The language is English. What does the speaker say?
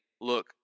look